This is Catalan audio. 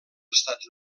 estats